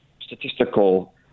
statistical